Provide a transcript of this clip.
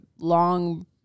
long